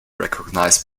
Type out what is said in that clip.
recognize